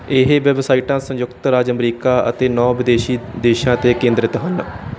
ਇਹ ਵੈੱਬਸਾਈਟਾਂ ਸੰਯੁਕਤ ਰਾਜ ਅਮਰੀਕਾ ਅਤੇ ਨੌਂ ਵਿਦੇਸ਼ੀ ਦੇਸ਼ਾਂ 'ਤੇ ਕੇਂਦਰਿਤ ਹਨ